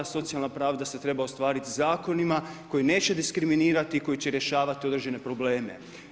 Socijalna pravda se treba ostvariti zakonima koji neće diskriminirati, koji će rješavati određene probleme.